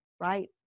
right